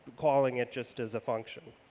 calling it just as a function.